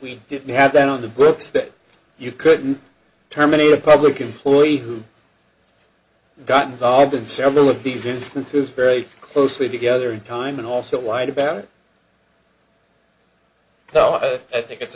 we didn't have that on the books that you couldn't terminate a public employee who got involved in several of these instances very closely together in time and also lied about it well i think it's